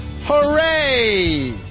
Hooray